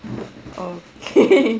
okay